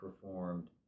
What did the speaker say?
performed